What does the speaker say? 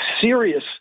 serious